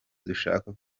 dushaka